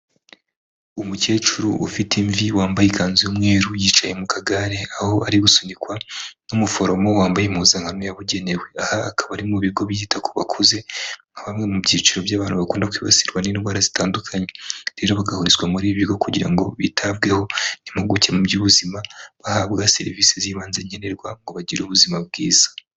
Umukecuru ufite imvi wambaye ikanzu y'umweru yicaye mu kagare aho ari gusunikwa n'umuforomo wambaye impuzankano yabugenewe aha akaba ari mu bigo byita ku bakuze bamwe mu byiciro by'abantu bakunda kwibasirwa n'indwara zitandukanye rero bagahurizwa muri ibi bigo kugira ngo bitabweho impuguke mu by'ubuzima bahabwa serivisi z'ibanze nkenenerwa ngo bagire ubuzima bwiza.